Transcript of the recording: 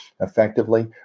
effectively